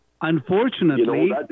Unfortunately